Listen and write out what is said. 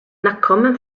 nachkommen